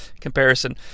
comparison